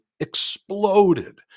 exploded